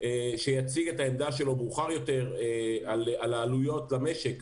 שיציג את העמדה שלו מאוחר יותר על העלויות במשק.